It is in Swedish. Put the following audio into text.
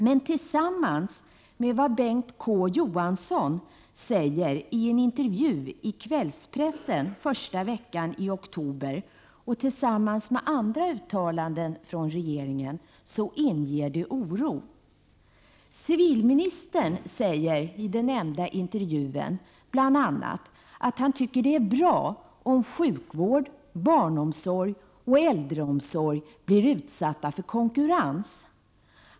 Men tillsammans med vad Bengt K Å Johansson säger i en intervju i kvällspressen den första veckan i oktober, och tillsammans med andra uttalanden från regeringen, inger de oro. Civilministern säger i den nämnda intervjun bl.a. att han tycker att det är bra om sjukvård, barnomsorg och äldreomsorg blir utsatta för konkurrens.